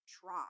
try